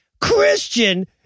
christian